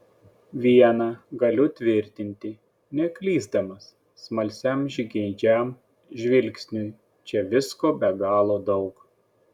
viena galiu tvirtinti neklysdamas smalsiam žingeidžiam žvilgsniui čia visko be galo daug